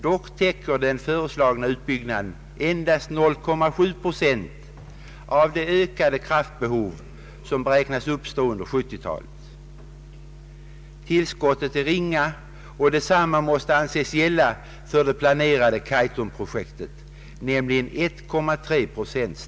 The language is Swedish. Dock täcker den föreslagna utbyggnaden endast 0,7 procent av det ökade kraftbehov som beräknas uppstå under 1970-talet. Tillskottet är ringa; och detsamma måste anses gälla för det planerade Kaitumprojektet, nämligen 1,3 procent.